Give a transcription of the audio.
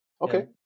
okay